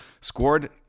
scored